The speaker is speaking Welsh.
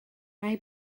mae